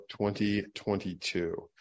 2022